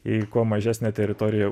į kuo mažesnę teritoriją